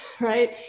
right